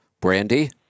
Brandy